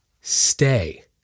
stay